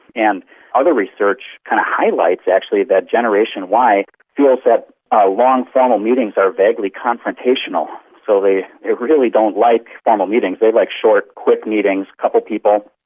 and other research kind of highlights actually that generation y feels that ah long formal meetings are vaguely confrontational, so they really don't like formal meetings, they like short, quick meetings, a couple of people,